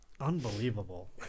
Unbelievable